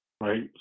Right